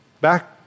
back